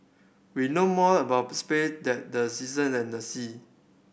we know more about space than the season and the sea